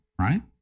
right